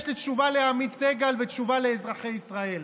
יש לי תשובה לעמית סגל ותשובה לאזרחי ישראל.